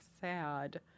sad